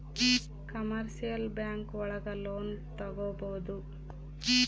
commercial bank ಒಳಗ loan ತಗೊಬೋದು